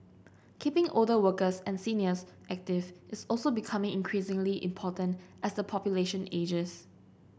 keeping older workers and seniors active is also becoming increasingly important as the population ages